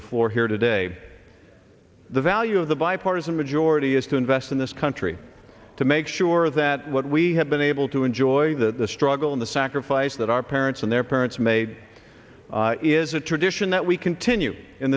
the floor here today the value of the bipartisan majority is to invest in this country to make sure that what we have been able to enjoy the struggle in the sacrifice that our parents and their parents made is tradition that we continue in